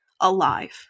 alive